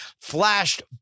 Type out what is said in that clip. flashed